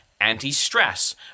anti-stress